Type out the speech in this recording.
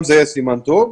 סימן טוב,